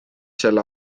selle